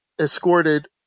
escorted